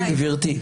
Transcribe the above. רגע, רגע, גברתי.